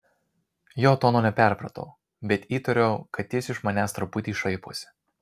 jo tono neperpratau bet įtariau kad jis iš manęs truputį šaiposi